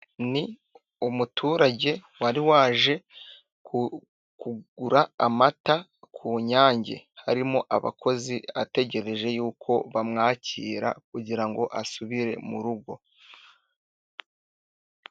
Umuturage wari waje kugura amata ku Nyange, harimo abakozi ategereje yuko bamwakira kugira ngo asubire mu rugo.